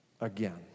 again